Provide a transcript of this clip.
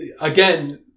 again